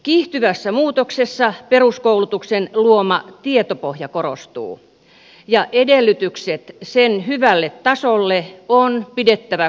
kiihtyvässä muutoksessa peruskoulutuksen luoma tietopohja korostuu ja edellytykset sen hyvälle tasolle on pidettävä kunnossa